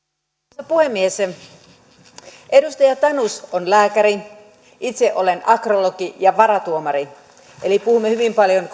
arvoisa puhemies edustaja tanus on lääkäri itse olen agrologi ja varatuomari eli puhumme hyvin paljon